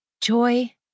joy